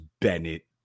Bennett